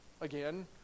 again